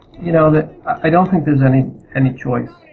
you know. i don't think there's any any choice.